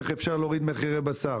איך אפשר להוריד מחירי בשר.